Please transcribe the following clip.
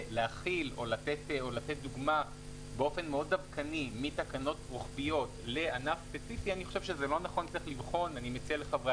להטיל עלינו את האחריות בעניין הזה זה לא נכון מכמה סיבות: